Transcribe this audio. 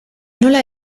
nola